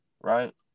right